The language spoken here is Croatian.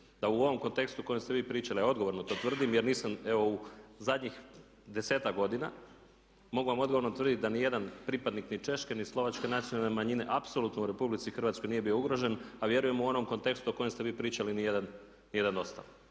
da u ovom kontekstu o kojem ste vi pričali, a odgovorno to tvrdim jer nisam evo u zadnjih desetak godina mogu vam odgovorno tvrditi da ni jedan pripadnik ni češke, ni slovačke nacionalne manjine apsolutno u Republici Hrvatskoj nije bio ugrožen a vjerujem u onom kontekstu o kojem ste vi pričali ni jedan ostali,